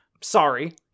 sorry